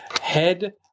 head